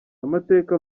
amateka